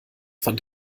fand